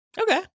Okay